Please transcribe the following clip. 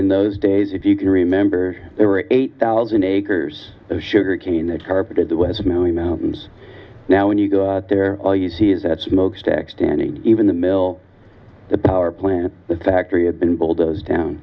in those days if you can remember there were eight thousand acres of sugarcane that carpeted the west maui mountains now when you go there all you see is that smokestack standing even the mill the power plant the factory had been bulldozed down